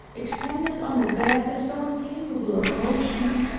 extended on the bed, as though incapable of motion,